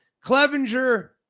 Clevenger